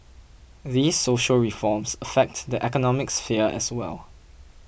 these social reforms affect the economic sphere as well